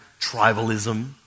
tribalism